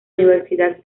universidad